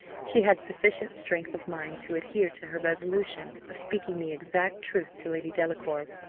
she had sufficient strength of mind to adhere to her resolution of speaking the exact truth to lady delacour.